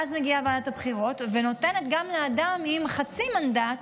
ואז מגיעה ועדת הבחירות ונותנת גם לאדם עם חצי מנדט